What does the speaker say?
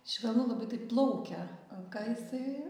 švelnu labai taip plaukia ką jisai